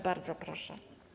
Bardzo proszę.